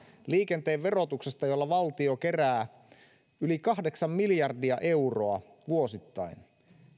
liikenteen verotuksesta jolla valtio kerää yli kahdeksan miljardia euroa vuosittain